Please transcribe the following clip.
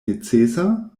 necesa